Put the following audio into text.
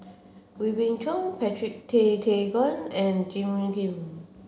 Wee Beng Chong Patrick Tay Teck Guan and Jim Kim